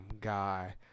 guy